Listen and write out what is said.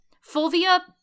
Fulvia